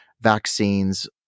vaccines